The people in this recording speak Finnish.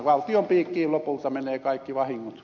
valtion piikkiin lopulta menee kaikki vahingot